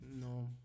No